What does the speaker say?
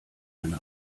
eine